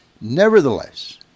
Nevertheless